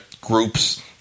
groups